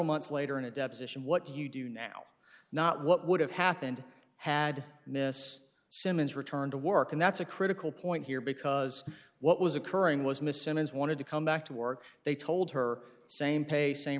months later in a deposition what do you do now not what would have happened had miss symons return to work and that's a critical point here because what was occurring was missing his wanted to come back to work they told her same pay same